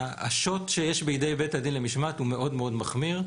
השוט שישי בידי בית הדין למשמעת הוא מאוד מאוד מחמיר.